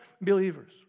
believers